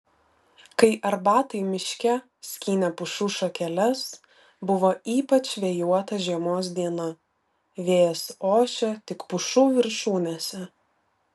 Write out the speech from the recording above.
kai arbatai miške skynė pušų šakeles buvo ypač vėjuota žiemos diena vėjas ošė tik pušų viršūnėse